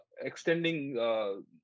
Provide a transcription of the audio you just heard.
extending